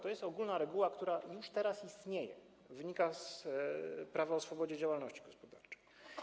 To jest ogólna reguła, która już teraz istnieje, wynika z prawa o swobodzie działalności gospodarczej.